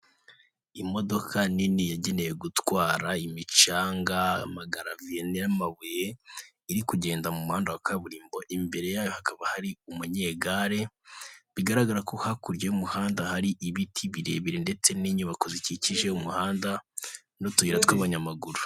Imodoka nini yagenewe gutwara imicanga, amagaraviye n'amabuye, iri kugenda mu muhanda wa kaburimbo. Imbere yayo hakaba hari umunyegare, bigaragara ko hakurya y'umuhanda hari ibiti birebire ndetse n'inyubako zikikije umuhanda, n'utuyira tw'abanyamaguru.